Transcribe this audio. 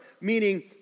meaning